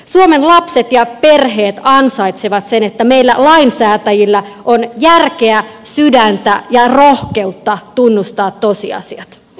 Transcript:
suomen lapset ja perheet ansaitsevat sen että meillä lainsäätäjillä on järkeä sydäntä ja rohkeutta tunnustaa tosiasiat